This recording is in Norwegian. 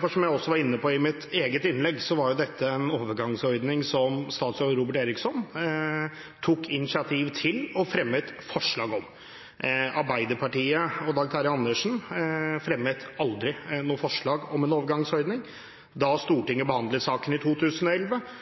for som jeg også var inne på i mitt eget innlegg, var dette en overgangsordning som statsråd Robert Eriksson tok initiativ til og fremmet forslag om. Arbeiderpartiet og Dag Terje Andersen fremmet aldri noe forslag om en overgangsordning. Da Stortinget behandlet saken i 2011,